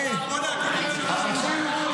הרב הראשי לא מפריע לממשלה לעבוד.